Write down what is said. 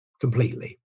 completely